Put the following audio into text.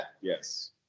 Yes